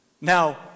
Now